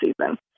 season